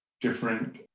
different